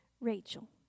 Rachel